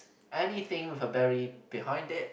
anything with a berry behind it